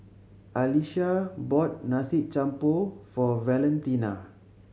Alisha bought Nasi Campur for Valentina